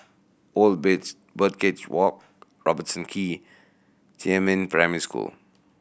Old Birdcage Walk Robertson Quay Jiemin Primary School